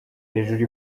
hejuru